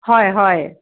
হয় হয়